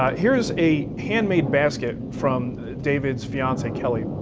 um here is a handmade basket from david's fiancee, kelly.